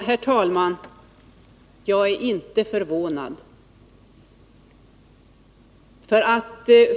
Herr talman! Jag är inte förvånad.